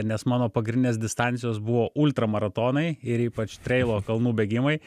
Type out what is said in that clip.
nes mano pagrindinės distancijos buvo ultra maratonai ir ypač treilo kalnų bėgimai